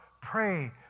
pray